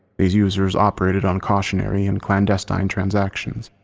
these users operated on cautionary and clandestine transactions,